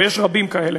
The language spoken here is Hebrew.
ויש רבים כאלה.